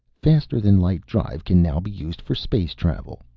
faster than light drive can now be used for space travel,